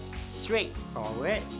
straightforward